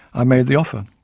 i made the offer,